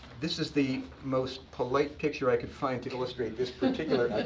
this is the most polite picture i could find to illustrate this particular